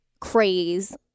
craze